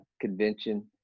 convention